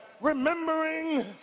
Remembering